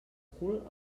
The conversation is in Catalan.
cul